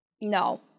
No